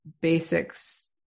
basics